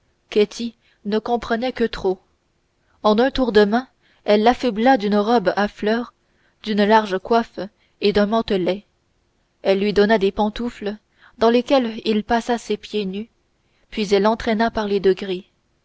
ne comprenait que trop en un tour de main elle l'affubla d'une robe à fleurs d'une large coiffe et d'un mantelet elle lui donna des pantoufles dans lesquelles il passa ses pieds nus puis elle l'entraîna par les degrés